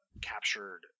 captured